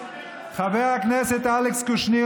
חבר הכנסת אלכס קושניר,